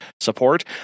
support